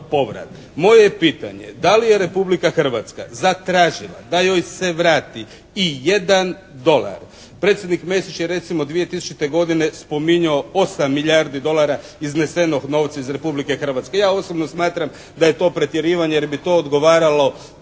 je pitanje, da li je Republika Hrvatska zatražila da joj se vrati i jedan dolar. Predsjednik Mesić je recimo 2000. godine spominjao 8 milijardi dolara iznesenog novca iz Republike Hrvatske. Ja osobno smatram da je to pretjerivanje, jer bi to odgovaralo dvjema